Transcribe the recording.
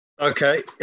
Okay